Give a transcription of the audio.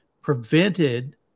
prevented